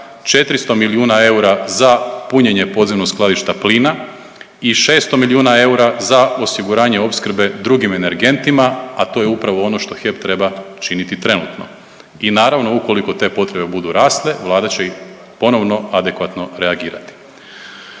400 milijuna eura za punjenje podzemnog skladišta plina i 600 milijuna eura za osiguranje opskrbe drugim energentima, a to je upravo ono što HEP treba činiti trenutno. I naravno ukoliko te potrebe budu raste, vlada će i ponovno adekvatno reagirati.